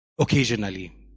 Occasionally